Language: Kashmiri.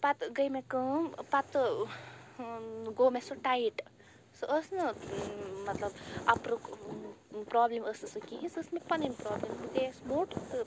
پتہٕ گٔے مےٚ کٲم پَتہٕ ٲں ٲں گوٚو مےٚ سُہ ٹایِٹ سۄ ٲس نہٕ مطلب اَپرُک پرٛابلِم ٲس نہٕ سۄ کِہیٖنۍ سۄ ٲس مےٚ پَنٕنۍ پرٛابلِم بہٕ گٔیٚیَس موٚٹ تہٕ